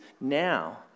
now